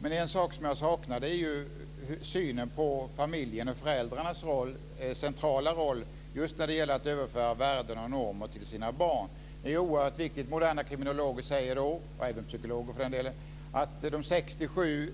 Men en sak som jag saknar är synen på familjen och föräldrarnas centrala roll just när det gäller att överföra värden och normer till sina barn. Det är oerhört viktigt. Moderna kriminologer, och även psykologer för den delen, säger att de sex sju